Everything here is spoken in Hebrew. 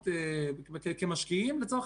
את התרגיל, לצורך